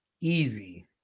easy